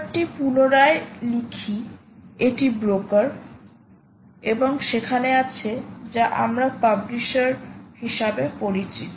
ব্রোকারটি পুনরায় লিখি এটি ব্রোকার এবং সেখানে আছে যা আমরা পাবলিশার হিসাবে পরিচিত